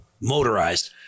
motorized